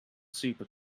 super